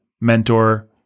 mentor